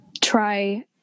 try